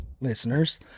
listeners